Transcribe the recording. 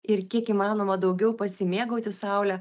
ir kiek įmanoma daugiau pasimėgauti saule